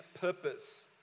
purpose